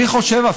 אני חושב,